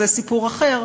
זה סיפור אחר.